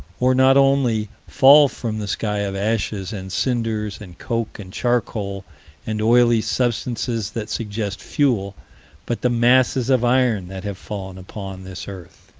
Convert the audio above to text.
or not only fall from the sky of ashes and cinders and coke and charcoal and oily substances that suggest fuel but the masses of iron that have fallen upon this earth.